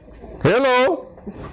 Hello